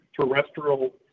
terrestrial